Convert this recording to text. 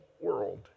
world